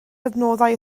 adnoddau